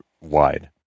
wide